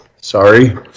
Sorry